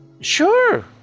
Sure